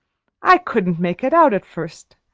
i couldn't make it out at first.